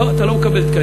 לא, אתה לא מקבל תקנים.